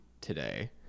today